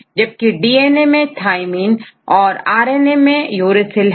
जबकि डीएनए में थाईमीन और RNA में यूरेसिल है